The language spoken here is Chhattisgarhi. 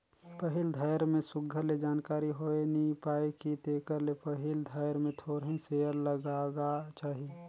पहिल धाएर में सुग्घर ले जानकारी होए नी पाए कि तेकर ले पहिल धाएर में थोरहें सेयर लगागा चाही